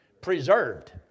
Preserved